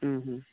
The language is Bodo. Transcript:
उम उम